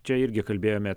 čia irgi kalbėjome